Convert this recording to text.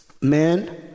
man